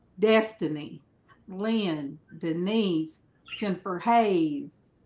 destiny lyn denise jennifer hays